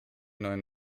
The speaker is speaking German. neuen